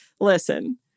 Listen